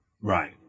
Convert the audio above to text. Right